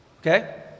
okay